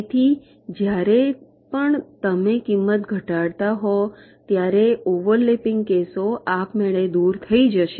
તેથી જ્યારે પણ તમે કિંમત ઘટાડતા હોવ ત્યારે ઓવરલેપિંગ કેસો આપમેળે દૂર થઈ જશે